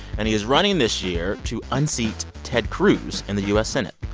and he is running this year to unseat ted cruz in the u s. senate.